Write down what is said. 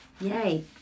Yay